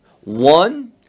One